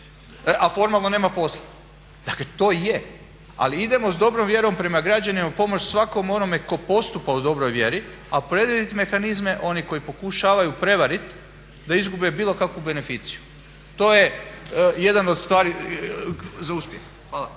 a formalno nema posla. Dakle, to je. Ali idemo s dobrom vjerom prema građanima, pomoć svakom onome tko postupa u dobroj vjeri, a predvidjet mehanizme oni koji pokušavaju prevariti da izgube bilo kakvu beneficiju. To je jedan od stvari za uspjeh. Hvala.